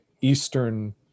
Eastern